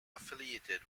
affiliated